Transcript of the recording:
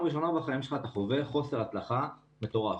שפעם ראשונה בחיים שלך אתה חווה חוסר הצלחה מטורף